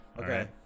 Okay